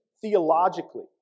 theologically